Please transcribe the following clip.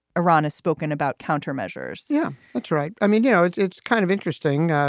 iran has spoken about countermeasures yeah, that's right. i mean, you know, it's it's kind of interesting.